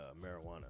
marijuana